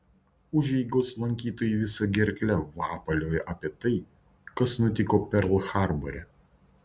užeigos lankytojai visa gerkle vapaliojo apie tai kas nutiko perl harbore